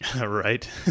Right